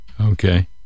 Okay